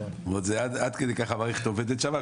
זאת אומרת, עד כדי כך המערכת עובדת שם.